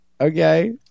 Okay